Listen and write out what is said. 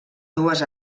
dues